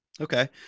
okay